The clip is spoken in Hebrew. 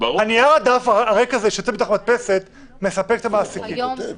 הנייר הריק הזה שיוצא מתוך המדפסת כן מספק את המעסיקים,